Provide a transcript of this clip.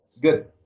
good